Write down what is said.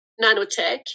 nanotech